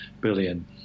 billion